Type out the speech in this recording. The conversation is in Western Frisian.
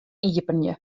iepenje